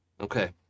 Okay